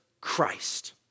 Christ